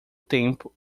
tempo